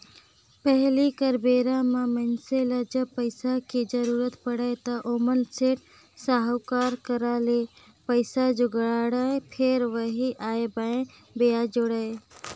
पहिली कर बेरा म मइनसे ल जब पइसा के जरुरत पड़य त ओमन सेठ, साहूकार करा ले पइसा जुगाड़य, फेर ओही आंए बांए बियाज जोड़य